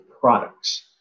products